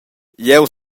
jeu